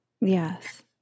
yes